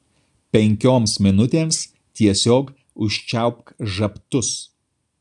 penkioms minutėms tiesiog užčiaupk žabtus